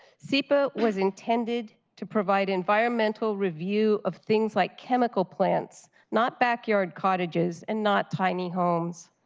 sepa was intended to provide environmental review of things like chemical plants, not backyard cottages, and not tiny homes.